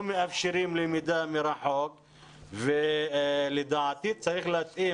מאפשרים למידה מרחוק ולדעתי צריך להתאים,